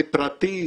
זה פרטי,